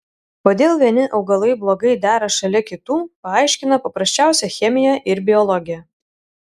kodėl vieni augalai blogai dera šalia kitų paaiškina paprasčiausia chemija ir biologija